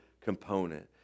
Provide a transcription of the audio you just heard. component